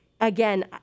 again